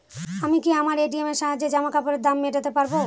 আমি কি আমার এ.টি.এম এর সাহায্যে জামাকাপরের দাম মেটাতে পারব?